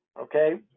Okay